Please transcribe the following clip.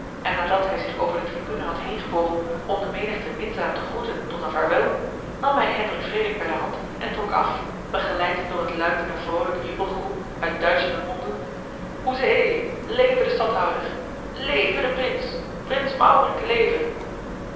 en nadat hij zich over de tribune had heengebogen om de menigte minzaam te groeten tot een vaarwel nam hij hendrik frederik bij de hand en trok af begeleid door het luid en vroolijk jubelgeroep uit duizenden monden hoezee leve de stadhouder leve de prins prins mourinck leve